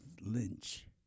lynch